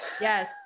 Yes